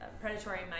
predatory